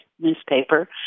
newspaper